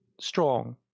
strong